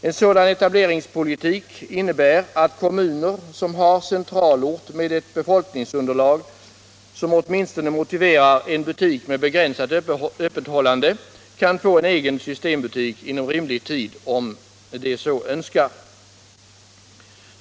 En sådan etableringspolitik innebär att kommuner som har centralort med ett befolkningsunderlag som åtminstone motiverar en butik med begränsat öppethållande, kan få en egen systembutik inom rimlig tid om de så önskar.